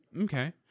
okay